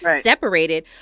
separated